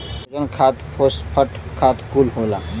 nitrogen खाद phosphate खाद कुल होला